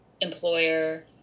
employer